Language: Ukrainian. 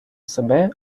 себе